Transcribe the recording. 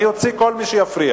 אני אוציא כל מי שיפריע.